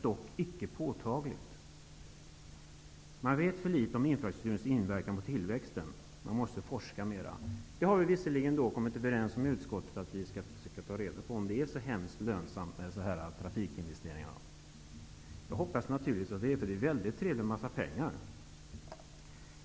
Man säger också att man vet för litet om infrastrukturens inverkan på tillväxten. Man måste forska mera. Vi har visserligen blivit överens i utskottet om att vi skall försöka ta reda på om det är så lönsamt med dessa trafikinvesteringar. Jag hoppas naturligtvis att det är så, för det är väldigt trevligt med en massa pengar.